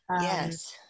Yes